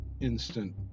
instant